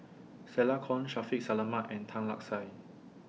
Stella Kon Shaffiq Selamat and Tan Lark Sye